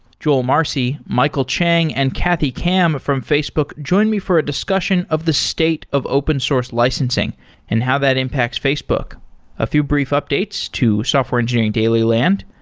joel marcey, michael cheng, and kathy kam from facebook join me for a discussion of the state of open source licensing and how that impacts facebook a few brief updates to software engineering daily land.